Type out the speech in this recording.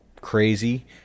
crazy